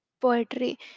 poetry